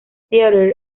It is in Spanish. theater